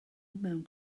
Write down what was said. mewn